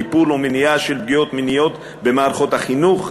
טיפול ומניעה של פגיעות מיניות במערכות החינוך,